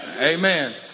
Amen